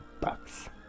bucks